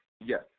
Yes